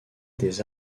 des